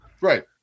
right